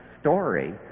story